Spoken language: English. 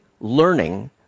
learning